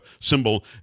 symbol